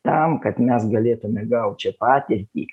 tam kad mes galėtume gaut šią patirtį